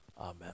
Amen